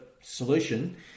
solution